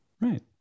Right